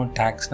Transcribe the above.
tax